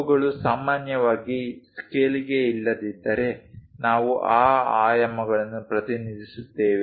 ಅವುಗಳು ಸಾಮಾನ್ಯವಾಗಿ ಸ್ಕೇಲ್ಗೆ ಇಲ್ಲದಿದ್ದರೆ ನಾವು ಆ ಆಯಾಮಗಳನ್ನು ಪ್ರತಿನಿಧಿಸುತ್ತೇವೆ